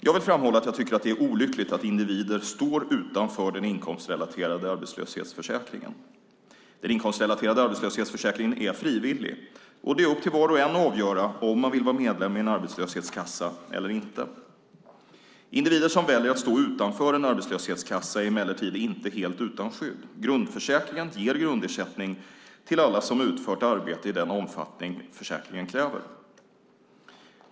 Jag vill framhålla att jag tycker att det är olyckligt att individer står utanför den inkomstrelaterade arbetslöshetsförsäkringen. Den inkomstrelaterade arbetslöshetsförsäkringen är frivillig, och det är upp till var och en att avgöra om man vill vara medlem i en arbetslöshetskassa eller inte. Individer som väljer att stå utanför en arbetslöshetskassa är emellertid inte helt utan skydd. Grundförsäkringen ger grundersättning till alla som utfört arbete i den omfattning försäkringen kräver.